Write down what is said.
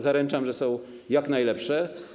Zaręczam, że są jak najlepsze.